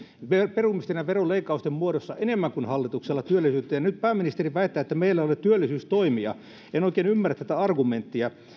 perumisten ja veroleikkausten muodossa enemmän kuin hallituksella nyt pääministeri väittää ettei meillä ole työllisyystoimia en oikein ymmärrä tätä argumenttia